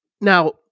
Now